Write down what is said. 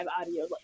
audio